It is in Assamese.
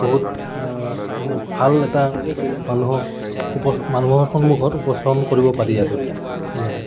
বহুত মানে ভাল এটা মানুহক মানুহৰ সন্মুখত উপস্থাপন কৰিব পাৰি আৰু তেনেকে